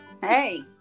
Hey